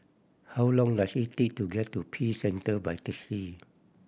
how long does it take to get to Peace Centre by taxi